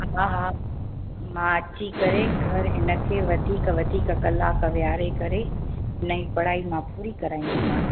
हा हा मां अची करे घरु हिन खे वधीक वधीक कलाक वेहारे करे हिन जी पढ़ाई मां पूरी कराईंदीमांसि